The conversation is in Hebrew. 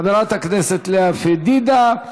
חברת הכנסת לאה פדידה,